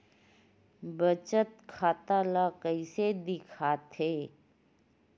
बचत खाता ला कइसे दिखथे?